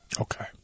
Okay